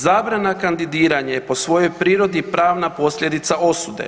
Zabrana kandidiranja je po svojoj prirodi pravna posljedica osude.